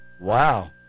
Wow